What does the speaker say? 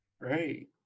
Right